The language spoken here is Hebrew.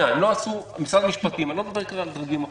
אני מדבר על משרד המשפטים ולא על דרגים אחרים.